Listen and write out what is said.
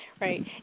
right